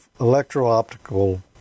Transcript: electro-optical